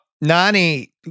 Nani